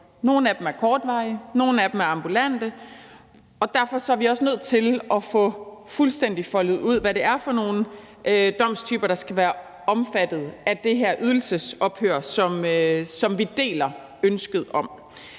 Nogle af dem er kortvarige, nogle af dem ambulante, og derfor er vi også nødt til at få fuldstændig foldet ud, hvad det er for nogle domstyper, der skal være omfattet af det her ydelsesophør, som vi deler ønsket om.